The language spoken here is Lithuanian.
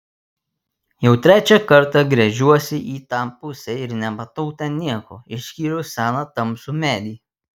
jau trečią kartą gręžiuosi į tą pusę ir nematau ten nieko išskyrus seną tamsų medį